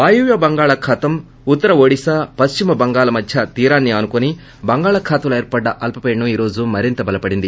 వాయువ్య బంగాళాఖాతం ఉత్తర ఒడిషా పశ్చిమ బంగాల మధ్య తీరాన్ని ఆనుకొని బంగాళాఖాతంలో ఏర్పడ్డ అల్సపీడనం ఈరోజు మరింత బలపడింది